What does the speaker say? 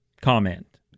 comment